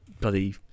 bloody